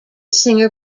singer